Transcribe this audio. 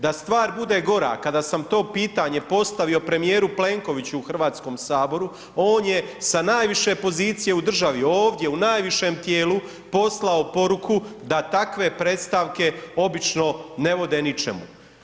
Da stvar bude gora, kada sam to pitanje postavio premijeru Plenkoviću u HS-u, on je sa najviše pozicije u državi ovdje u najvišem tijelu, poslao poruku da takve predstavke obično ne vode ničemu.